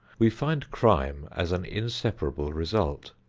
we find crime as an inseparable result.